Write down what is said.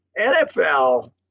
NFL